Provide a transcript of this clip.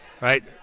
Right